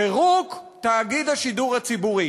פירוק תאגיד השידור הציבורי.